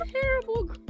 terrible